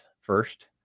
first